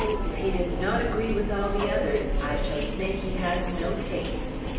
if he does not agree with all the others, i shall say he has no taste.